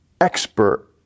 expert